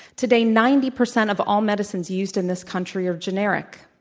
today, ninety percent of all medicines used in this country are generic.